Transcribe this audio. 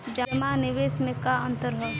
जमा आ निवेश में का अंतर ह?